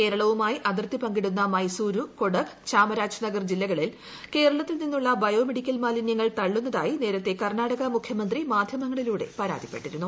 കേരളവുമായി അതിർത്തി പങ്കിടുന്ന മൈസൂരു കുടക് ചാമരാജ്നഗർ ജില്ലകളിൽ കേരളത്തിൽ നിന്നുള്ള ബയോ മെഡിക്കൽ മാലിന്യങ്ങൾ തള്ളുന്നതായി നേരത്തെ കർണാടക മുഖ്യമന്ത്രി മാധ്യമങ്ങളിലൂടെ പരാതിപ്പെട്ടിരുന്നു